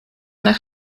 nach